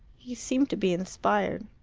he seemed to be inspired.